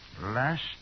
Last